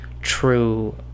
true